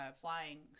flying